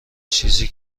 چیزی